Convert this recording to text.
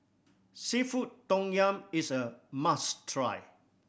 seafood tom yum is a must try